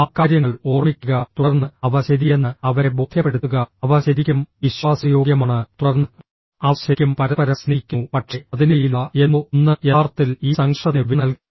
ആ കാര്യങ്ങൾ ഓർമ്മിക്കുക തുടർന്ന് അവ ശരിയെന്ന് അവരെ ബോധ്യപ്പെടുത്തുക അവ ശരിക്കും വിശ്വാസയോഗ്യമാണ് തുടർന്ന് അവർ ശരിക്കും പരസ്പരം സ്നേഹിക്കുന്നു പക്ഷേ അതിനിടയിലുള്ള എന്തോ ഒന്ന് യഥാർത്ഥത്തിൽ ഈ സംഘർഷത്തിന് വില നൽകി